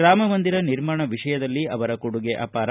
ರಾಮ ಮಂದಿರ ನಿರ್ಮಾಣ ವಿಷಯದಲ್ಲಿ ಅವರ ಕೊಡುಗೆ ಅಪಾರ